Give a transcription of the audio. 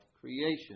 creation